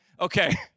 Okay